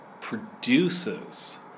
produces